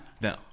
No